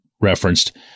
referenced